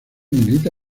milita